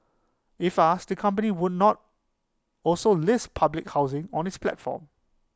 if asked the company would not also list public housing on its platform